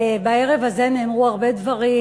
בערב הזה נאמרו הרבה דברים,